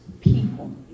people